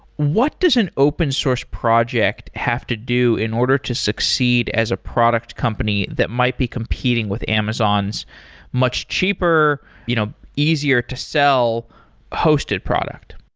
what does an open source project have to do in order to succeed as a product company that might be competing with amazon's much cheaper, you know easier to sell hosted product?